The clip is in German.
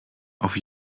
auf